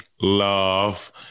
love